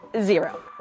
zero